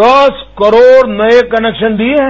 दस करोड़ नये कनेक्शन दिए हैं